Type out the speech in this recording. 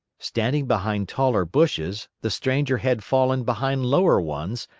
standing behind taller bushes, the stranger had fallen behind lower ones,